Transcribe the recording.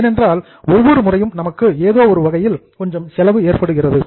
ஏனென்றால் ஒவ்வொரு முறையும் நமக்கு ஏதோ ஒரு வகையில் கொஞ்சம் செலவு ஏற்படுகிறது